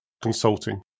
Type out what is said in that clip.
consulting